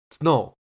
no